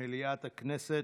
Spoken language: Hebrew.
מליאת הכנסת.